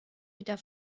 wieder